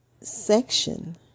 section